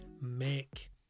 make